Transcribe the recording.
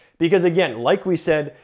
because again, like we said,